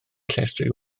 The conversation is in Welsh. llestri